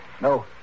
No